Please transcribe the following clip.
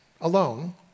alone